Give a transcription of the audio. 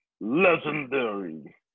Legendary